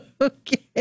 okay